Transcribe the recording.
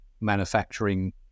manufacturing